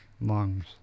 lungs